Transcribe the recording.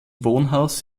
wohnhaus